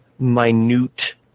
minute